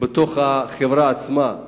בתוך החברה עצמה.